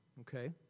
Okay